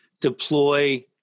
deploy